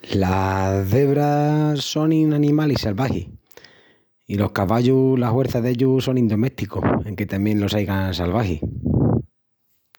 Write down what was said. Las zebras sonin animalis salvagis i los cavallus la huerça d'ellus sonin domésticus enque tamién los aigan salvagis.